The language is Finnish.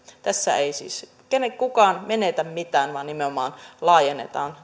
tässä ei siis kukaan menetä mitään vaan nimenomaan laajennetaan